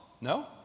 No